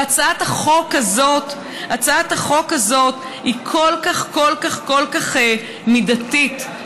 והצעת החוק הזאת היא כל כך כל כך כל כך מידתית,